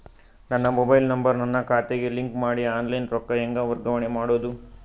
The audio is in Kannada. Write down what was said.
ನನ್ನ ಮೊಬೈಲ್ ನಂಬರ್ ನನ್ನ ಖಾತೆಗೆ ಲಿಂಕ್ ಮಾಡಿ ಆನ್ಲೈನ್ ರೊಕ್ಕ ಹೆಂಗ ವರ್ಗಾವಣೆ ಮಾಡೋದು?